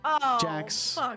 jax